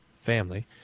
family